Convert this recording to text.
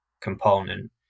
component